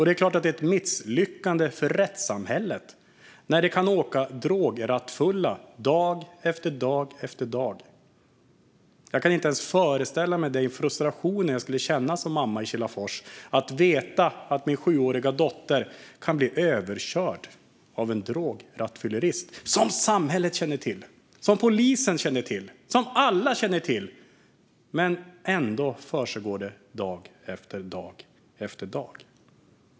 Det är klart att det är ett misslyckande för rättssamhället när det kan åka drograttfulla dag efter dag. Jag kan inte ens föreställa mig den frustration jag skulle känna som mamma i Kilafors över att veta att min sjuåriga dotter kan bli överkörd av en drograttfyllerist som samhället och polisen känner till - som alla känner till. Ändå försiggår det dag efter dag.